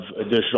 additional